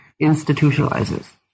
institutionalizes